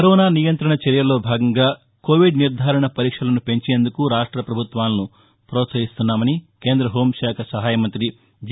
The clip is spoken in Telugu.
కరోనా నియంత్రణ చర్యల్లో భాగంగా కోవిడ్ నిర్దారణ పరీక్షలను పెంచేందుకు రాష్ట ప్రభుత్వాలను ప్రోత్సహిస్తున్నట్లు కేంద్ర హోంశాఖ సహాయ మంతి జి